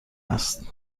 است